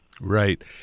Right